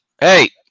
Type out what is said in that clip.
Hey